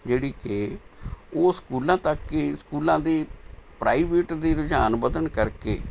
ਜਿਹੜੀ ਕਿ ਉਹ ਸਕੂਲਾਂ ਤੱਕ ਇਹ ਸਕੂਲਾਂ ਦੇ ਪ੍ਰਾਈਵੇਟ ਦੇ ਰੁਝਾਨ ਵੱਧਣ ਕਰਕੇ